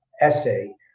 essay